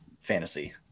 fantasy